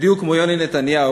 בדיוק כמו יוני נתניהו,